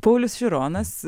paulius šironas